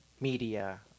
media